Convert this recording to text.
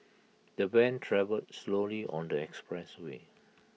the van travelled slowly on the expressway